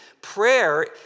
Prayer